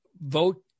vote